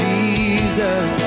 Jesus